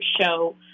show